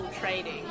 trading